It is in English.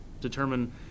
determine